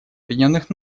объединенных